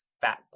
fat